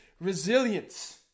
resilience